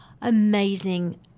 amazing